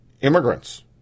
immigrants